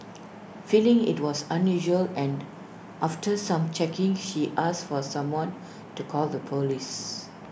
feeling IT was unusual and after some checking she asked for someone to call the Police